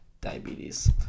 Diabetes